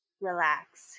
relax